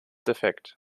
defekt